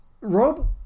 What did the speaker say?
Rob